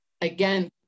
again